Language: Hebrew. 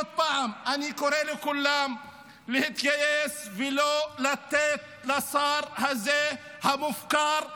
עוד פעם אני קורא לכולם להתגייס ולא לתת לשר המופקר הזה,